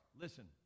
Listen